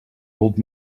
old